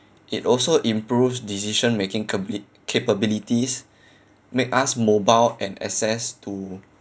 it also improves decision making cabili~ capabilities make us mobile and access to